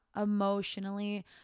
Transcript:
emotionally